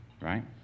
right